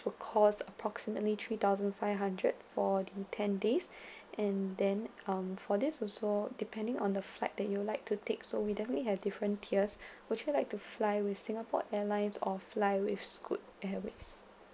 will cost approximately three thousand five hundred for the ten days and then um for this also depending on the flight that you'll like to take so we definitely have different tiers would you like to fly with Singapore Airlines or fly with Scoot airways